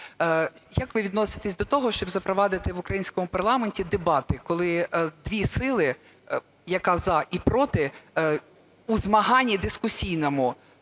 Як ви відноситесь до того, щоб запровадити в українському парламенті дебати? Коли дві сили, яка "за" і "проти", у змаганні дискусійному